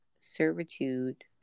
servitude